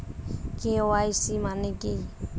KYC মানে কী?